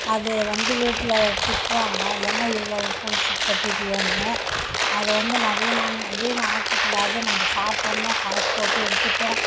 அது வந்து வீட்டில் திட்னாங்க என்ன இவ்வளோ உப்பு கொட்டிவிட்டியேன்னு அதை வந்து நான் வீணாம வீணாக ஆக்கக்கூடாது நம்ம சாப்புடணும் காசு போட்டு எடுத்துவிட்டோம்